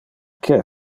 que